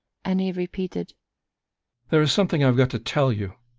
and he repeated there is something i've got to tell you.